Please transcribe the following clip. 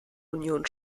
union